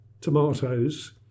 tomatoes